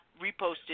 reposted